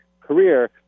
career